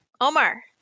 Omar